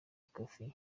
ikofi